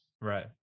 Right